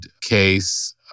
case